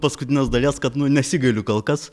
paskutinės dalies kad nu nesigailiu kol kas